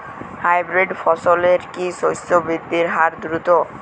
Hybrid ফসলের কি শস্য বৃদ্ধির হার দ্রুত?